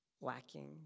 lacking